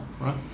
right